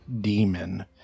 demon